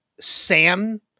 Sam